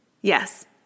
Yes